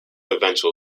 eventual